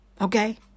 Okay